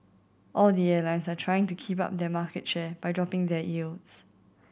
all the airlines are trying to keep up their market share by dropping their yields